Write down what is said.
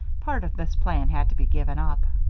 part of this plan had to be given up.